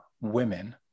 women